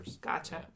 Gotcha